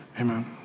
Amen